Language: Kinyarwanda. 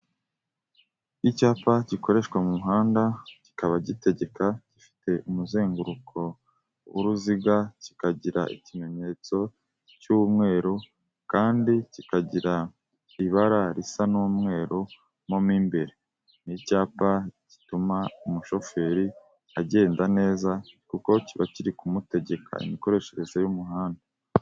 Icyapa gikoreshwa mu muhanda, kikaba gitegeka gifite umuzenguruko w'uruziga, kikagira ikimenyetso cy'umweruru, kandi kikagira ibara risa n'umweru mo imbere. Ni icyapa gituma umushoferi agenda neza, kuko kiba kiri kumutegeka imikoreshereze y'umuhanda.